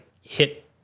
hit